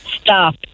stop